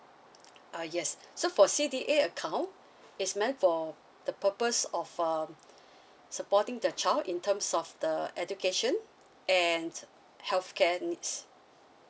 uh yes so for C D A account it's meant for the purpose of um supporting the child in terms of the education and healthcare needs